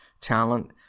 talent